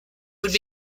would